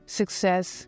success